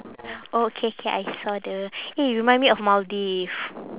oh K K I saw the eh remind me of maldives